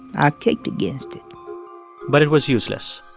i kicked against it but it was useless.